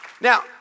Now